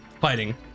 fighting